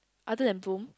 other than Bloom